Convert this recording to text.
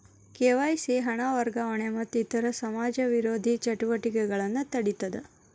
KYC ಹಣ ವರ್ಗಾವಣೆ ಮತ್ತ ಇತರ ಸಮಾಜ ವಿರೋಧಿ ಚಟುವಟಿಕೆಗಳನ್ನ ತಡೇತದ